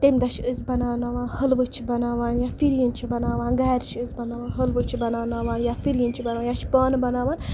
تَمہِ دۄہ چھِ أسۍ بَناوناوان حٔلوٕ چھِ أسۍ بَناوان یا فِرِنۍ چھِ بَناان گرِ چھِ أسۍ بَناوان حٔلوٕ چھِ بَناوناوان یا فِرِنۍ چھِ بَناوان یا چھِ پانہٕ بَناوان